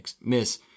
miss